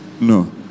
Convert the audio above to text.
no